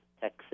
Texas